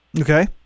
Okay